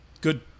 good